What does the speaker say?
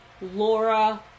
Laura